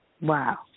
Wow